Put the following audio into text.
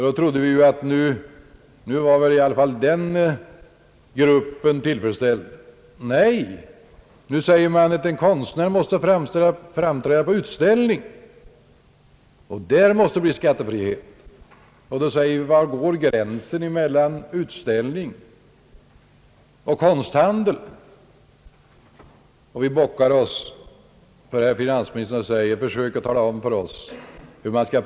Då trodde vi, att nu var i alla fall den gruppen tillfredsställd. Nej, nu säger man att en konstnär måste framträda på utställning och bli befriad från skatt på det han säljer på utställningar. Man kan då fråga sig: Var går gränsen mellan utställning och konsthandel? Vi bockar oss för herr finansministern och säger: Försök tala om för oss hur man skall.